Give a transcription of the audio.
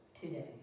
today